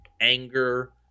anger